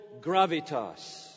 gravitas